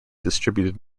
distributed